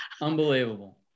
Unbelievable